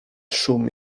szum